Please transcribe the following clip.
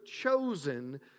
chosen